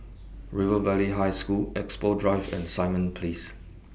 River Valley High School Expo Drive and Simon Place